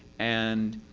and